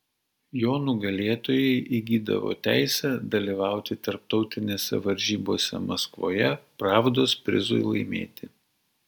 jo nugalėtojai įgydavo teisę dalyvauti tarptautinėse varžybose maskvoje pravdos prizui laimėti